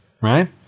right